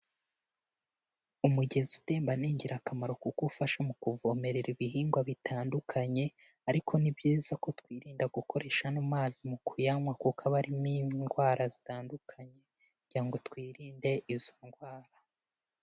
Umugezi utemba ni ingirakamaro kuko ufasha mu kuvomerera ibihingwa bitandukanye ariko ni byiza ko twirinda gukoresha ano mazi mu kuyanywa kuko abarimo indwara zitandukanye, kugira ngo twirinde izo ndwara.